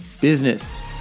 Business